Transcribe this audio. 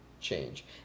change